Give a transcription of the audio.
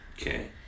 Okay